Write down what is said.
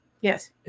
Yes